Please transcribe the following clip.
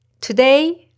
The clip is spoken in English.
Today